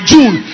June